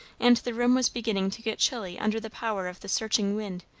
and the room was beginning to get chilly under the power of the searching wind,